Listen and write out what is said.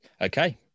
okay